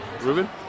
Ruben